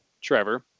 Trevor